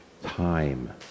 time